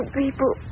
people